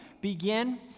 begin